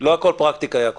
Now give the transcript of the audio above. לא הכול פרקטיקה, יעקב.